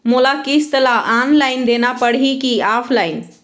मोला किस्त ला ऑनलाइन देना पड़ही की ऑफलाइन?